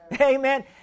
Amen